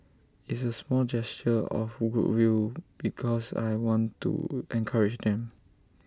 it's A small gesture of goodwill because I want to encourage them